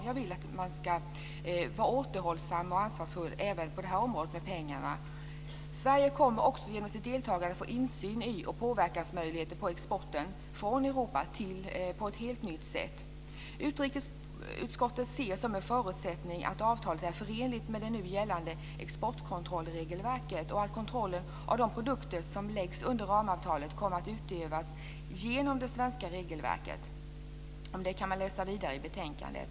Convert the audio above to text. Jag vill att man ska vara återhållsam och ansvarsfull med pengarna även på det här området. Sverige kommer också genom sitt deltagande att få insyn i och möjlighet att påverka exporten från Europa på ett helt nytt sätt. Utrikesutskottet ser som en förutsättning att avtalet är förenligt med det nu gällande regelverket för exportkontroll och att kontrollen av de produkter som läggs under ramavtalet kommer att utövas genom det svenska regelverket. Om det kan man läsa vidare i betänkandet.